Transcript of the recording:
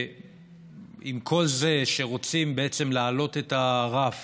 שעם כל זה שרוצים בעצם להעלות את הרף